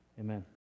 Amen